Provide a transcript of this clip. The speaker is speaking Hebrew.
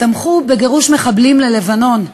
תמכו בגירוש מחבלים ללבנון.